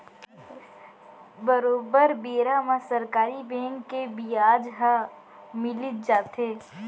बरोबर बेरा म सरकारी बेंक के बियाज ह मिलीच जाथे